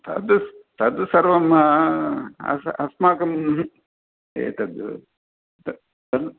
तद् तद् सर्वम् अस् अस्माकम् एतद् त तद्